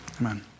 Amen